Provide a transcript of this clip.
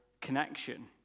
connection